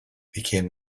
became